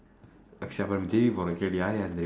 next time J_B போகலாம் யாரு தெரியுமா நானு நீ afro